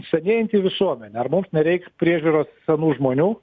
senėjanti visuomenė ar mums nereiks priežiūros senų žmonių